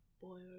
boy